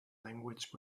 language